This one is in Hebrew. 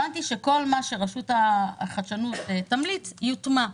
הבנתי שכל מה שרשות התחרות תמליץ, יוטמע.